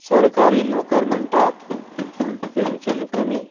सरकारी नोकर म्हणटात पूण पेंशन कमी